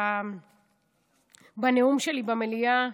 בנאום שלי במליאה,